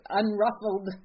unruffled